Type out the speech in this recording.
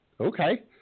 Okay